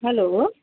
hello